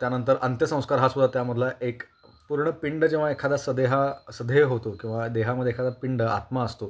त्यानंतर अंत्यसंस्कार हा सुद्धा त्यामधला एक पूर्ण पिंड जेव्हा एखादा सदेहा सदेह होतो किंवा देहामध्ये एखादा पिंड आत्मा असतो